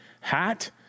hat